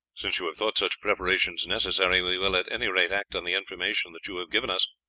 since you have thought such preparations necessary we will at any rate act on the information that you have given us,